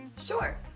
Sure